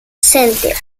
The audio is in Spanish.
center